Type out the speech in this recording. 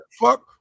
fuck